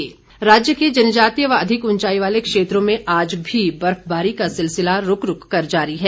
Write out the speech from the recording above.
मौसम राज्य के जनजातीय व अधिक उंचाई वाले क्षेत्रों में आज भी बर्फबारी का सिलसिला रूक रूक कर जारी है